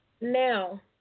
Now